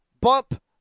bump